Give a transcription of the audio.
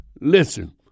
Listen